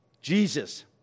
Jesus